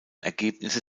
ergebnisse